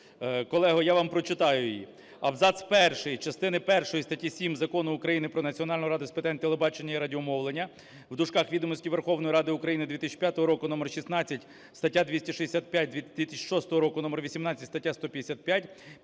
Колего, я вам прочитаю її.